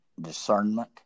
discernment